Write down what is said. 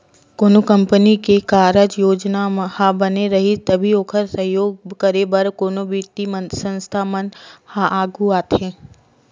कोनो कंपनी के कारज योजना ह बने रइही तभी ओखर सहयोग करे बर कोनो बित्तीय संस्था मन ह आघू आथे